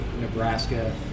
Nebraska